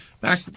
back